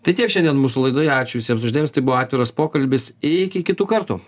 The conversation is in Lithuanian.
tai tiek šiandien mūsų laidoje ačiū visiems už dėmesį tai buvo atviras pokalbis iki kitų kartų